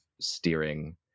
steering